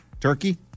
Turkey